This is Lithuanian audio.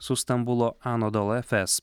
su stambulo anodol efes